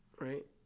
right